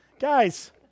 Guys